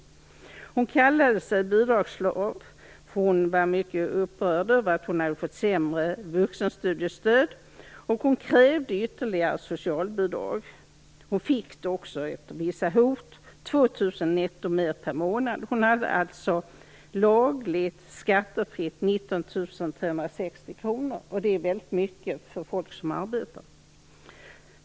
Hon kallade sig bidragsslav, då hon var mycket upprörd över att hon fått minskat vuxenstudiestöd. Hon krävde ytterligare socialbidrag, vilket hon också fick efter vissa hot. Det gav netto 2 000 kr mer per månad. Hon hade alltså lagligt skattefritt 19 360 kr, vilket är en hög lön för folk som arbetar.